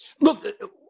Look